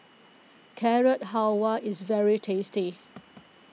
Carrot Halwa is very tasty